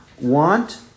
want